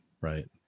Right